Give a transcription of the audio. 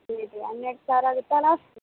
ಹನ್ನೆರಡು ಸಾವಿರ ಆಗುತ್ತಾ ಲಾಸ್ಟು